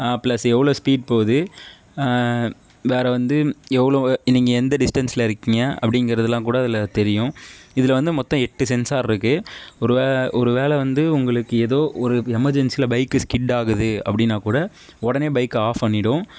plus எவ்வளோ speed போகுது வேற வந்து எவ்வளோ நீங்கள் எந்த டிஸ்டன்ஸில் இருக்கீங்க அப்டிங்கிறதலாம் கூட அதில் தெரியும் இதில் வந்து மொத்தம் எட்டு சென்சார் இருக்கு ஒரு வேலை ஒரு வேலை வந்து உங்களுக்கு ஏதோ ஒரு எமர்ஜென்சியில் பைக்கு ஸ்கிட்டாகுது அப்படினா கூட உடனே பைக் ஆப் பண்ணிவிடும்